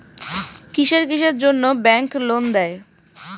কিসের কিসের জন্যে ব্যাংক লোন দেয়?